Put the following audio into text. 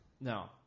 No